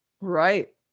Right